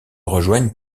rejoignent